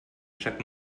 chuck